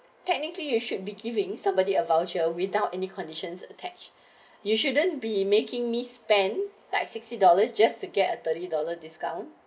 technically you should be giving somebody a voucher without any conditions attached you shouldn't be making me spend like sixty dollars just to get a thirty dollar discount